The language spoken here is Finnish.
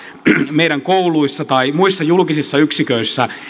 meidän kouluissamme tai muissa julkisissa yksiköissä